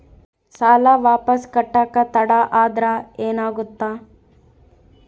ಸಾಲ ವಾಪಸ್ ಕಟ್ಟಕ ತಡ ಆದ್ರ ಏನಾಗುತ್ತ?